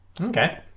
Okay